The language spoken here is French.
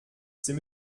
c’est